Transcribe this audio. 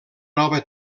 nova